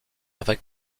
avec